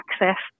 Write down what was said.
access